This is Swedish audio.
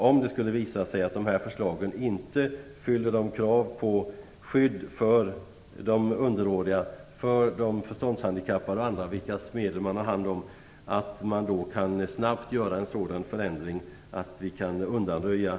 Om det visar sig att förslagen inte fyller kraven på skydd för de underåriga, de förståndshandikappade och de andra vilkas medel man förvaltar, bör vi snabbt kunna göra en sådan förändring att problemen kan undanröjas.